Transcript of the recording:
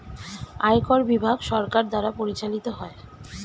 আয়কর বিভাগ সরকার দ্বারা পরিচালিত হয়